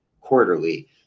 quarterly